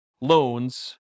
loans